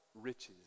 Riches